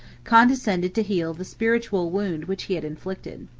condescended to heal the spiritual wound which he had inflicted.